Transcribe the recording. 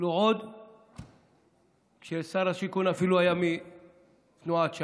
הוא אפילו עוד כששר השיכון היה מתנועת ש"ס.